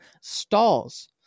stalls